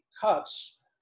cuts